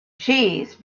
cheese